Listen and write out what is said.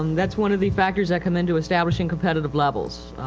um, thatis one of the factors that come into establishing competitive levels.